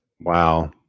Wow